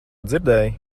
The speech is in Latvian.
dzirdēji